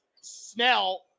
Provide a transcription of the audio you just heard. Snell